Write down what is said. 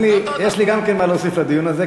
באותו ראש בעניין הזה,